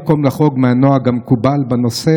במילים אחרות, מה שאתה אומר, שהדמוקרטיה, הבנתי.